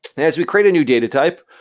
as we create a new data type,